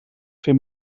fer